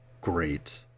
Great